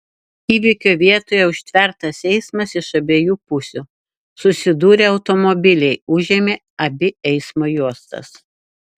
įvykio vietoje užtvertas eismas iš abiejų pusių susidūrė automobiliai užėmė abi eismo juostas